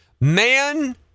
Man